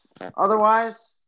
Otherwise